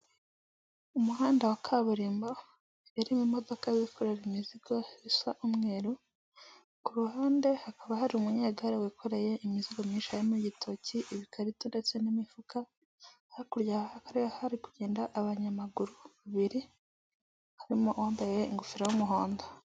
Umuhanda wa kaburimbo irimo imodoka bikorera imizigo zisa umweru, ku ruhande hakaba hari umunyegarare wikoreye imizigo nyinshi, harimo igitoki ibikarito ndetse n'imifuka hakurya hari kugenda abanyamaguru babiri, harimo uwambaye ingofero y'umuhondo.